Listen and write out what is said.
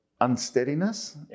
unsteadiness